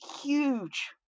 huge